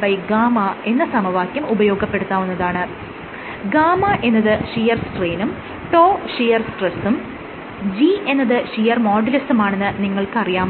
Gγ എന്ന സമവാക്യം ഉപയോഗപ്പെടുത്താവുന്നതാണ് γ എന്നത് ഷിയർ സ്ട്രെയിനും τ ഷിയർ സ്ട്രെസും G എന്നത് ഷിയർ മോഡുലസുമാണെന്ന് നിങ്ങൾക്ക് അറിയാമല്ലോ